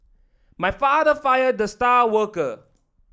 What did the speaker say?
my father fired the star worker